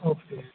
okay